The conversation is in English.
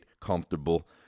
comfortable